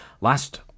last